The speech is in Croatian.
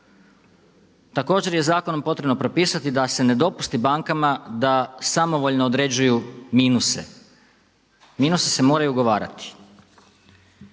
Također, je zakonom potrebno propisati da se ne dopusti bankama da samovoljno određuju minuse. Minusi se moraju ugovarati.